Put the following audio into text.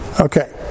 Okay